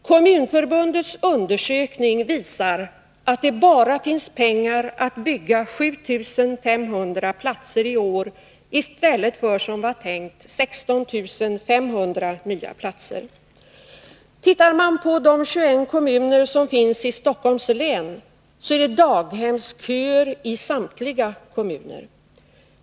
Kommunförbundets undersökning visar att det bara finns pengar att bygga ut 7 500 platser i år i stället för, som det var tänkt, 16 500 nya platser. Tittar man på de 21 kommunerna i Stockholms län, finner man att det är daghemsköer i samtliga kommuner.